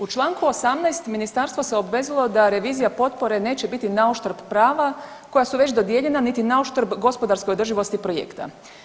U čl. 18. ministarstvo se obvezalo da revizija potpore neće biti na uštrb prava koja su već dodijeljena niti na uštrb gospodarskoj održivosti projekta.